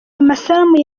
amasanamu